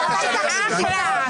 אחלה,